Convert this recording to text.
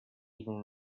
even